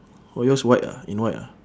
oh yours white ah in white ah